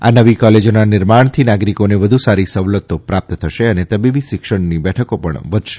આ નવી કોલેજોના નિર્માણથી નાગરિકોને વધુ સારી સવલતો પ્રાપ્ત થશે અને તબીબી શિક્ષણની બેઠકો પણ વધશે